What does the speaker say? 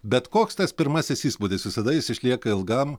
bet koks tas pirmasis įspūdis visada jis išlieka ilgam